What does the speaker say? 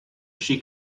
she